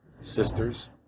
sisters